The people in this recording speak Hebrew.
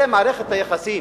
הרי מערכת היחסים